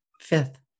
Fifth